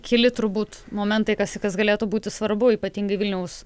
keli turbūt momentai kas kas galėtų būti svarbu ypatingai vilniaus